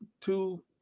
two